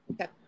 Okay